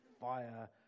fire